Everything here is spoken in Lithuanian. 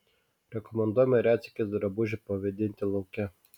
rekomenduojame retsykiais drabužį pavėdinti lauke